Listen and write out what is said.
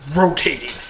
rotating